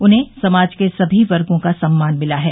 उन्हें समाज के सभी वर्गो का सम्मान मिला है